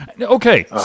Okay